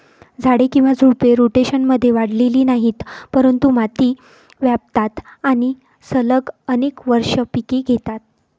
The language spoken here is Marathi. झाडे किंवा झुडपे, रोटेशनमध्ये वाढलेली नाहीत, परंतु माती व्यापतात आणि सलग अनेक वर्षे पिके घेतात